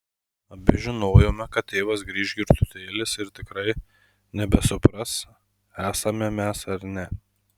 abi žinojome kad tėvas grįš girtutėlis ir tikrai nebesupras esame mes ar ne